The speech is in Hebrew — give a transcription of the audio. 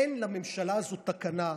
אין לממשלה הזו תקנה.